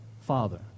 Father